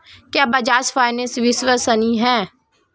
क्या बजाज फाइनेंस विश्वसनीय है?